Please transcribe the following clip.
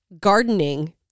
Gardening